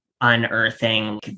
unearthing